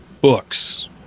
books